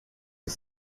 est